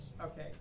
Okay